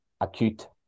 acute